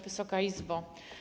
Wysoka Izbo!